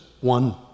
one